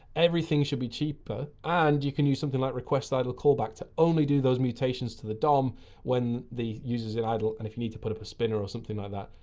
everything should be cheaper. and you can use something like requestidlecallback to only do those mutations to the dom when the user's in idle, and if you need to put up a spinner or something like that,